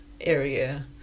area